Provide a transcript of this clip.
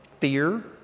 Fear